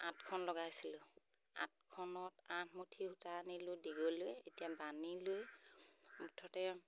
আঠখন লগাইছিলোঁ আঠখনত আঠমুঠি সূতা আনিলোঁ দীঘলৈ এতিয়া বাণীলৈ মুঠতে